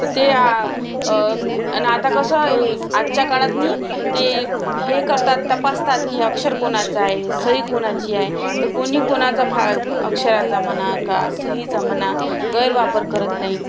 तर ते न आता कसं हे आजच्या काळातून ते हे करतात तपासतात की हे अक्षर कोणाचं आहे हे सही कोणाची आहे तर कोणी कोणाचा फा अक्षराचा म्हणा का सहीचा म्हणा गैरवापर करत नाही